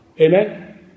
Amen